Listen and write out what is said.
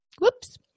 Whoops